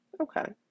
Okay